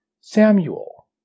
Samuel